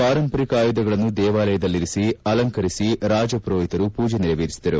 ಪಾರಂಪರಿಕ ಆಯುಧಗಳನ್ನು ದೇವಾಲಯಲ್ಲಿರಿಸಿ ಅಲಂಕರಿಸಿ ರಾಜಪುರೋಹಿತರು ಪೂಜೆ ನೆರೆವೇರಿಸಿದರು